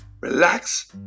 relax